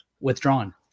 withdrawn